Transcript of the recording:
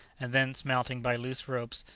and thence mounting by loose ropes,